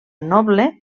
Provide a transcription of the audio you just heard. noble